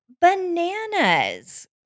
bananas